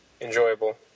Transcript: enjoyable